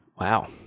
Wow